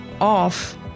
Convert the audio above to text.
off